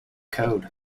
code